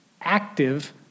active